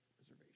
reservation